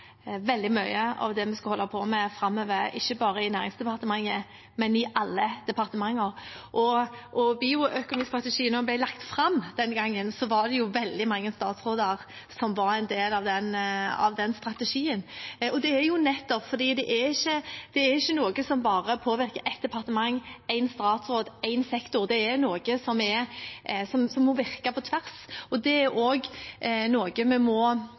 veldig mye av det vi skal holde på med framover, ikke bare i Næringsdepartementet, men i alle departementer. Da bioøkonomistrategien ble lagt fram, var veldig mange statsråder en del av den strategien. Det er nettopp fordi dette ikke er noe som påvirker bare ett departement, én statsråd eller én sektor. Det er noe som må virke på tvers – og det er også noe vi må